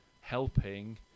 helping